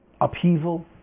upheaval